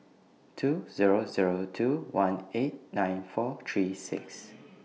two Zero Zero two one eight nine four three six